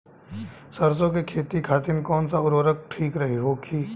सरसो के खेती खातीन कवन सा उर्वरक थिक होखी?